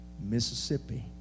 Mississippi